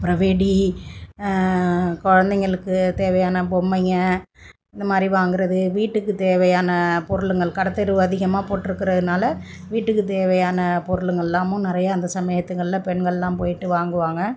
அப்புறம் வெடி குழந்தைங்களுக்கு தேவையான பொம்மைங்கள் இந்தமாதிரி வாங்குவது வீட்டுக்கு தேவையான பொருளுகள் கடைத்தெரு அதிகமாக போட்டிருக்குறதுனால வீட்டுக்கு தேவையான பொருளுகள்லாமும் நிறையா அந்த சமயத்துகளில் பெண்களெலாம் போயிட்டு வாங்குவாங்க